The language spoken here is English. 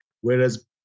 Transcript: whereas